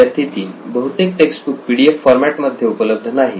विद्यार्थी 3 बहुतेक text books PDF format मध्ये उपलब्ध नाहीत